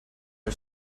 are